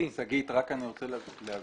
אני רוצה להבהיר.